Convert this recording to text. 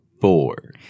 Four